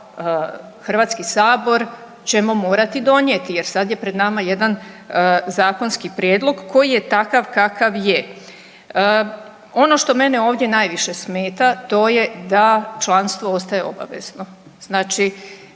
Hrvatski sabor ćemo morati donijeti. Jer sad je pred nama jedan zakonski prijedlog koji je takav kakav je. Ono što mene ovdje najviše smeta to je da članstvo ostaje obavezno. Znači,